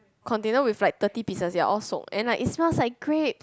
container with like thirty pieces they are all soaked and it like smells like grape